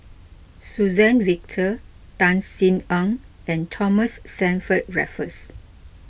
Suzann Victor Tan Sin Aun and Thomas Stamford Raffles